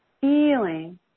feeling